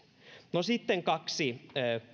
no sitten kaksi